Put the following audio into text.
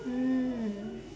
mm